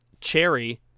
Cherry